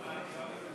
אולי מים?